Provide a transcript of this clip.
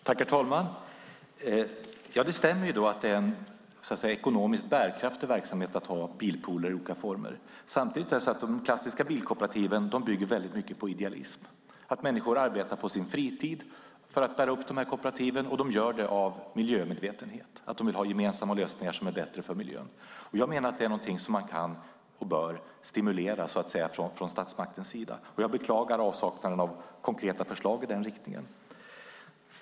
Herr talman! Det stämmer att det är en ekonomiskt bärkraftig verksamhet att ha bilpooler i olika former. Samtidigt bygger de klassiska bilkooperativen på idealism. Människor arbetar på sin fritid för att bära upp de här kooperativen, och de gör det av miljömedvetenhet. De vill ha gemensamma lösningar som är bättre för miljön. Jag menar att det är någonting som statsmakten kan och bör stimulera. Jag beklagar avsaknaden av konkreta förslag i den riktningen.